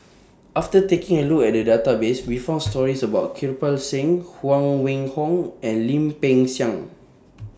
after taking A Look At The Database We found stories about Kirpal Singh Huang Wenhong and Lim Peng Siang